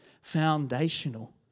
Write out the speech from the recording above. foundational